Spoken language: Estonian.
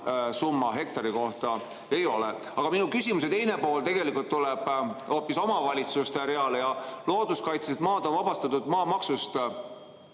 summa hektari kohta ei ole. Aga minu küsimuse teine pool tuleb hoopis omavalitsuste rea kohta. Looduskaitselised maad on vabastatud maamaksust